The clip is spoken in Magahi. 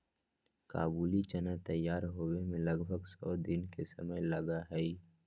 काबुली चना तैयार होवे में लगभग सौ दिन के समय लगा हई